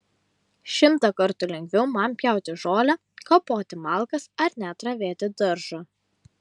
šimtą kartų lengviau man pjauti žolę kapoti malkas ar net ravėti daržą